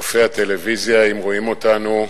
צופי הטלוויזיה, אם רואים אותנו,